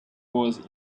was